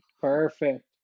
Perfect